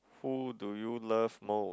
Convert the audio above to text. who do you love most